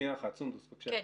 סונדוס, בבקשה.